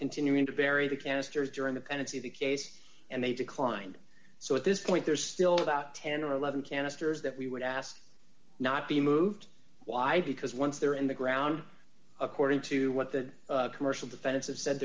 continuing to bury the canisters during the pendency of the case and they declined so at this point there's still about ten or eleven canisters that we would ask not be moved why because once they're in the ground according to what the commercial defense of said